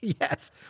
Yes